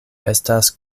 estas